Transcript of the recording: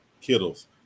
Kittles